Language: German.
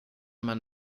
man